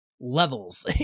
levels